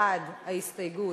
בעד ההסתייגות,